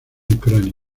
ucrania